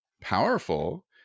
powerful